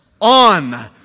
on